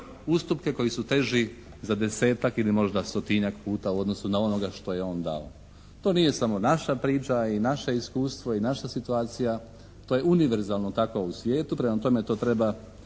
ustupke koji su teži za desetak ili možda stotinjak puta u odnosu na onoga što je on dao. To nije samo naša priča i naše iskustvo i naša situacija. To je univerzalno tako u svijetu. Prema tome to treba